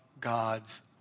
God's